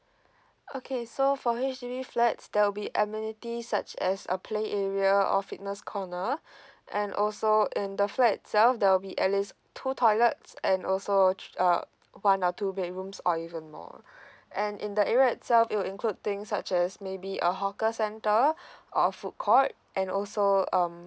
okay so for H_D_B flats there'll be amenities such as a play area or fitness corner and also in the flat itself there will be at least two toilets and also uh one or two bedrooms or even more and in the area itself it would include thing such as maybe a hawker centre or food court and also um